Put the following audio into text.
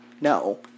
no